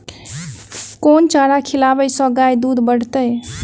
केँ चारा खिलाबै सँ गाय दुध बढ़तै?